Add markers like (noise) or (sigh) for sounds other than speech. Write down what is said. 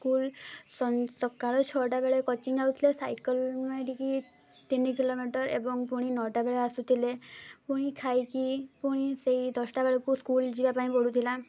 school ସକାଳୁ ଛଅଟା ବେଳେ କୋଚିଙ୍ଗ ଯାଉଥିଲେ ସାଇକଲ (unintelligible) ଟିକି ତିନି କିଲୋମିଟର ଏବଂ ପୁଣି ନଅଟା ବେଳେ ଆସୁଥିଲେ ପୁଣି ଖାଇକି ପୁଣି ସେଇ ଦଶଟା ବେଳକୁ ସ୍କୁଲ ଯିବା ପାଇଁ ପଡ଼ୁଥିଲା